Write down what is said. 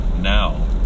now